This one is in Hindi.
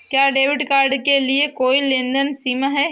क्या डेबिट कार्ड के लिए कोई लेनदेन सीमा है?